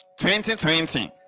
2020